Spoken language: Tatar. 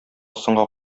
соңга